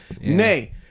nay